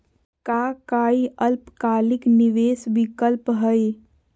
का काई अल्पकालिक निवेस विकल्प हई?